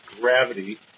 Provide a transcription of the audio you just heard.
gravity